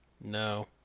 No